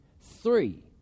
Three